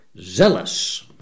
zealous